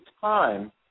time